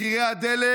מחירי הדלק